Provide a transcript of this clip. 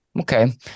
okay